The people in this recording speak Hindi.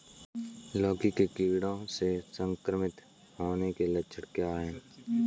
लौकी के कीड़ों से संक्रमित होने के लक्षण क्या हैं?